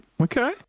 Okay